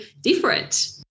different